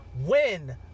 Win